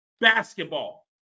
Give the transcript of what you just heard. basketball